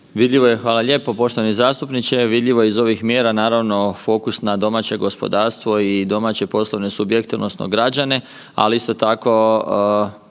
Zdravko** Hvala lijepo poštovani zastupniče. Vidljivo je iz ovih mjera naravno fokus na domaće gospodarstvo i domaće poslovne subjekte odnosno građane, ali isto tako